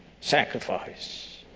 sacrifice